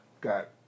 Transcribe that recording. got